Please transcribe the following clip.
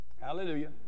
hallelujah